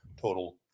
total